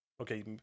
okay